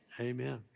amen